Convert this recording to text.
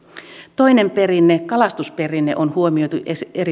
toinen perinne kalastusperinne on huomioitu